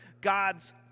God's